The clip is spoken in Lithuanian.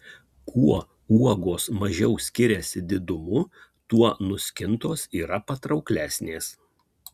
kuo uogos mažiau skiriasi didumu tuo nuskintos yra patrauklesnės